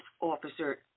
Officer